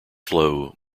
slow